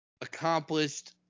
accomplished